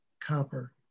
copper